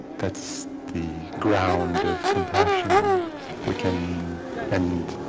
that's the ground of compassion we can and